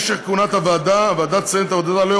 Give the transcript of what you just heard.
משך כהונת הוועדה: הוועדה תסיים את